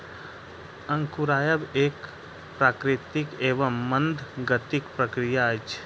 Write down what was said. अंकुरायब एक प्राकृतिक एवं मंद गतिक प्रक्रिया अछि